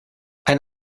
ein